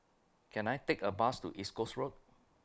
Can I Take A Bus to East Coast Road